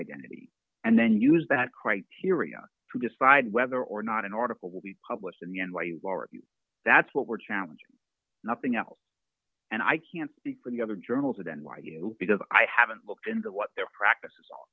identity and then use that criteria to decide whether or not an article will be published in the n y t or that's what we're challenging nothing else and i can't speak for the other journals at n y u because i haven't looked into what their practices